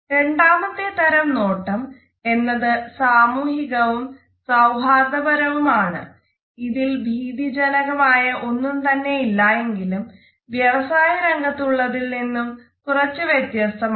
രണ്ടാമത്തെ തരം നോട്ടം എന്നത് സാമൂഹികവും സൌഹാർദ്ദപരവും ആണ് ഇതിൽ ഭീതിജനകമായ ഒന്നും തന്നെ ഇല്ലായെങ്കിലും വ്യവസായ രംഗത്തുളളതിൽ നിന്നും കുറച്ച് വ്യത്യസ്തമാണ്